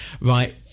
right